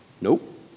Nope